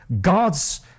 God's